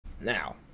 Now